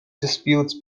disputes